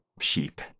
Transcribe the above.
sheep